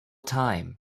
time